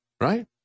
right